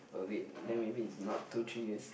worth it then maybe it's not two three years